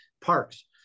parks